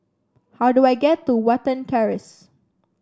how do I get to Watten Terrace